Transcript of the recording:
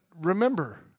remember